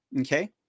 okay